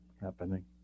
happening